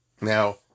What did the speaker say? Now